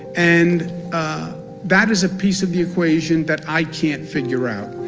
and that is a piece of the equation that i can't figure out.